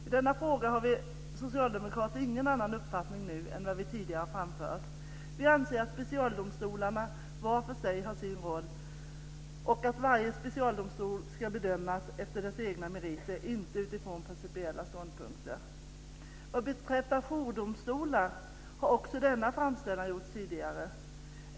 I denna fråga har vi socialdemokrater ingen annan uppfattning nu än vad vi tidigare framfört. Vi anser att specialdomstolarna var för sig har sin roll och att varje specialdomstol ska bedömas efter dess egna meriter, inte utifrån principiella ståndpunkter. Vad beträffar jourdomstolar har också denna framställan gjorts tidigare.